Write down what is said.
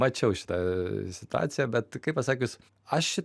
mačiau šitą situaciją bet kaip pasakius aš